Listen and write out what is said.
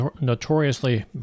notoriously